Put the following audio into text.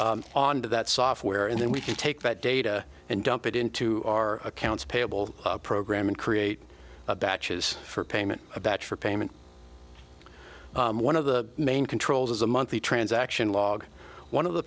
code on to that software and then we can take that data and dump it into our accounts payable program and create a batches for payment a batch for payment one of the main controls is a monthly transaction log one of the